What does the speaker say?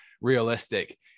realistic